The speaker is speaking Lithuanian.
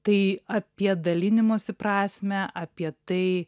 tai apie dalinimosi prasmę apie tai